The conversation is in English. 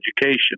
education